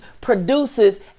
produces